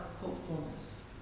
hopefulness